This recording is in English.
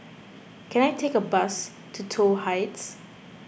can I take a bus to Toh Heights